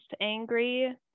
angry